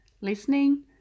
listening